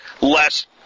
Less